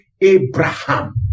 Abraham